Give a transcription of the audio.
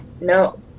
No